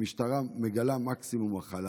המשטרה מגלה מקסימום הכלה.